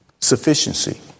sufficiency